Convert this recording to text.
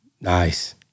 Nice